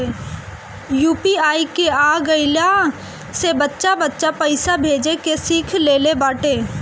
UPI के आ गईला से बच्चा बच्चा पईसा भेजे के सिख लेले बाटे